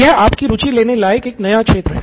यह आपकी रुचि लेने लयाक एक नया क्षेत्र है